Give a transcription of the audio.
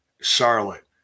Charlotte